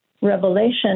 Revelation